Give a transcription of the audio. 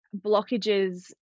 blockages